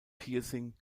piercing